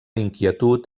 inquietud